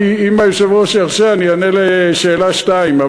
אני, אם היושב-ראש ירשה אני אענה לשאלה, שתיים.